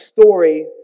story